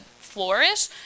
flourish